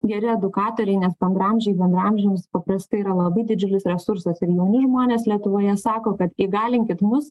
geri edukatoriai nes bendraamžiai bendraamžiams paprastai yra labai didžiulis resursas ir jauni žmonės lietuvoje sako kad įgalinkit mus